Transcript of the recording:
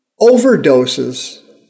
overdoses